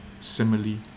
simile